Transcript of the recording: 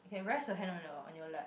can rest your hand on your on your lap